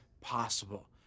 possible